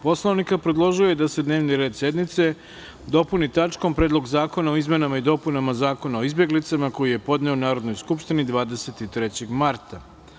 Poslovnika, predložio je da se dnevni red sednice dopuni tačkom – Predlog zakona o izmenama i dopunama Zakona o izbeglicama, koji je podneo Narodnoj skupštini 23. marta.